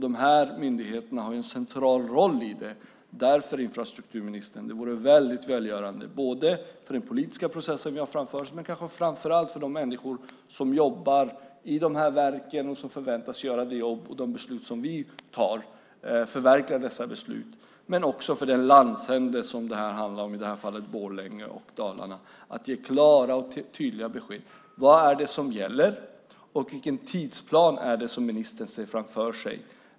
De myndigheter som berörs har ju en central roll i transportsystemet, och därför vore det, infrastrukturministern, väldigt välgörande både för den politiska process vi har framför oss och kanske framför allt för de människor som jobbar i dessa verk och förväntas förverkliga de beslut som vi fattar att få veta vad som gäller. Det vore även välgörande för den landsända det handlar om, i detta fall Borlänge och Dalarna, att få klara och tydliga besked. Vad är det som gäller? Vilken tidsplan ser ministern framför sig?